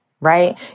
right